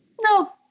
No